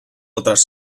otras